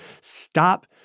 stop